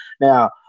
Now